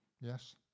yes